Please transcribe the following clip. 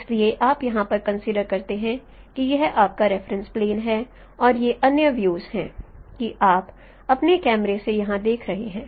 इसलिए आप यहां पर कंसीडर करते हैं कि यह आपका रेफरेंस प्लेन है और ये अन्य व्यूज हैं कि आप अपने कैमरे से कहां देख रहे हैं